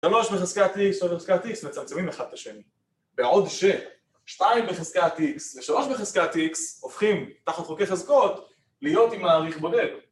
3 בחזקת X ל-3 בחזקת X מצמצמים אחד את השני , בעוד ש-2 בחזקת X ל-3 בחזקת X הופכים, תחת חוקי חזקות, להיות עם מעריך בודד